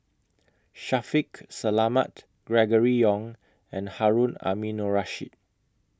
Shaffiq Selamat Gregory Yong and Harun Aminurrashid